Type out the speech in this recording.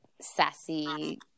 sassy